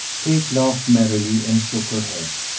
kate laughed merrily and shook her head.